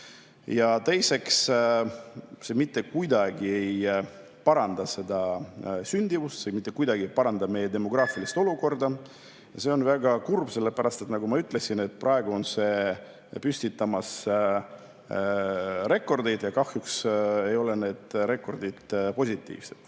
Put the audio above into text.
Ja teiseks, see mitte kuidagi ei paranda sündimust, see mitte kuidagi ei paranda meie demograafilist olukorda ja see on väga kurb, sellepärast et nagu ma ütlesin, praegu on see püstitamas rekordeid ja kahjuks ei ole need rekordid positiivsed.